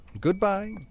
Goodbye